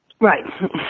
Right